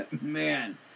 Man